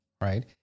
right